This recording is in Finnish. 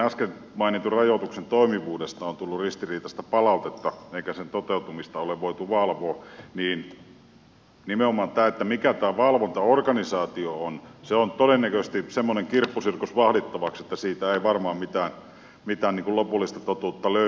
äsken mainitun rajoituksen toimivuudesta on tullut ristiriitaista palautetta eikä sen toteutumista ole voitu valvoa niin nimenomaan tämä mikä tämä valvontaorganisaatio on on todennäköisesti semmoinen kirppusirkus vahdittavaksi että siitä ei varmaan mitään lopullista totuutta löydy